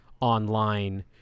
online